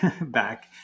back